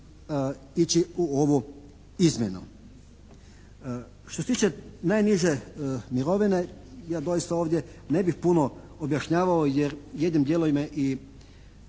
ići u ovu izmjenu. Što se tiče najniže mirovine ja doista ovdje ne bih puno objašnjavao jer jednim dijelom je i